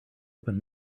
open